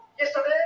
Yesterday